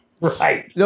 Right